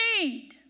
need